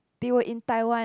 they were in Taiwan